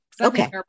Okay